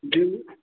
जी